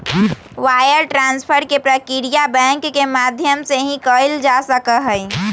wire transfer के प्रक्रिया bank के माध्यम से ही कइल जा सका हई